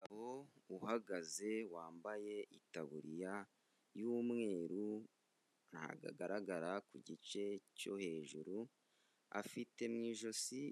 Umugabo uhagaze wambaye itaburiya y'umweru ntago agaragara ku gice cyo hejuru, afite mu ijosi